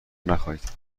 نخایید